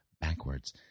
backwards